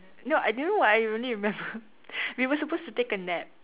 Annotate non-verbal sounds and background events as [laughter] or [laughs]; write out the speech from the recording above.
no do you know what I really remember [laughs] we were supposed to take a nap